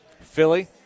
Philly